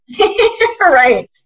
Right